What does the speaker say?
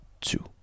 two